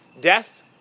death